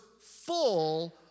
full